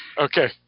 okay